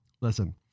listen